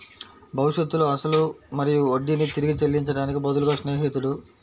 భవిష్యత్తులో అసలు మరియు వడ్డీని తిరిగి చెల్లించడానికి బదులుగా స్నేహితుడు